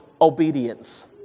obedience